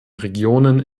regionen